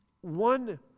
one